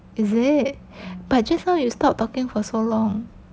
is it but just now you stop talking for so long